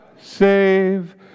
save